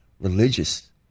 religious